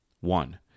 One